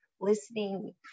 listening